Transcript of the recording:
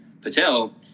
Patel